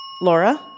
Laura